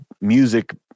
music